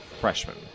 freshman